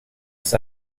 ist